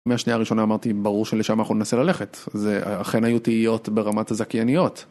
מהשנייה הראשונה אמרתי, ברור שלשם אנחנו ננסה ללכת. זה, אכן היו תהיות ברמת הזכייניות.